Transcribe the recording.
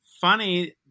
funny